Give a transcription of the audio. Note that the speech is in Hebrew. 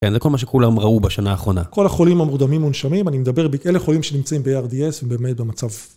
כן, זה כל מה שכולם ראו בשנה האחרונה. כל החולים המורדמים מונשמים, אני מדבר, אלה חולים שנמצאים ב-ARDS ובאמת במצב...